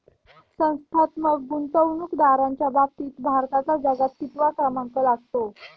संस्थात्मक गुंतवणूकदारांच्या बाबतीत भारताचा जगात कितवा क्रमांक लागतो?